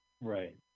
Right